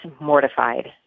mortified